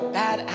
bad